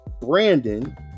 brandon